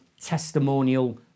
testimonial